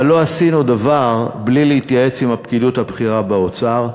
אבל לא עשינו דבר בלי להתייעץ עם הפקידות הבכירה באוצר,